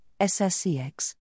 SSCX